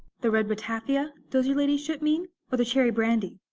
the red ratafia, does your ladyship mean, or the cherry brandy?